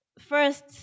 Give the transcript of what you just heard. First